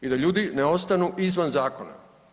I da ljudi ne ostanu izvan zakona.